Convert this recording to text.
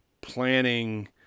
planning